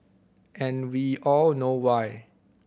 and we all know why